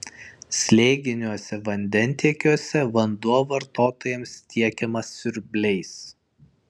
slėginiuose vandentiekiuose vanduo vartotojams tiekiamas siurbliais